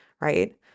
Right